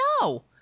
No